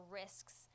risks